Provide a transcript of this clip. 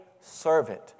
servant